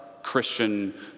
Christian